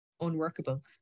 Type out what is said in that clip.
unworkable